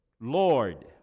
Lord